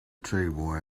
table